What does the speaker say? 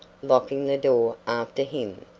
locking the door after him.